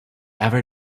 ever